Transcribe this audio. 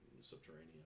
subterranean